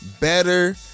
better